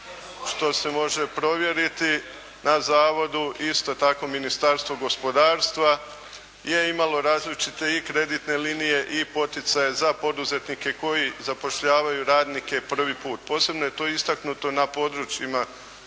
što se može provjeriti na zavodu. Isto tako Ministarstvo gospodarstva je imalo različite i kreditne linije i poticaje za poduzetnike koji zapošljavaju radnike prvi puta. Posebno je to istaknuto na područjima